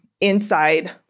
inside